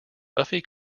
buffy